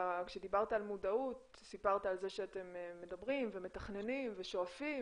כשדיברת על מודעות סיפרת על זה שאתם מדברים ומתכננים ושואפים